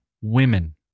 women